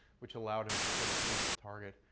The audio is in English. which allowed him to sort of lead the target.